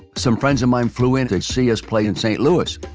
some friends of mine flew in to see us play in st. louis.